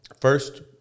first